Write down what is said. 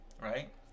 right